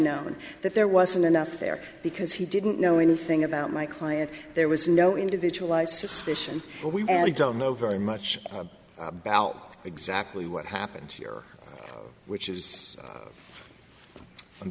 known that there wasn't enough there because he didn't know anything about my client there was no individualized suspicion but we don't know very much about exactly what happened here which is u